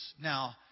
Now